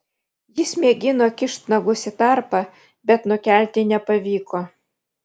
jis mėgino kišt nagus į tarpą bet nukelti nepavyko